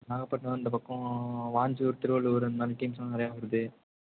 நாகப்பட்டினம் இந்த பக்கம் வாஞ்சூர் திருவள்ளூர் இந்த மாதிரி டீம்ஸ்லாம் நிறையா வருது